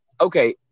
okay